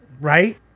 right